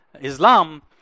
Islam